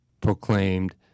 proclaimed